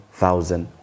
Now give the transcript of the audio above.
thousand